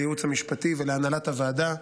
לייעוץ המשפטי ולהנהלת הוועדה,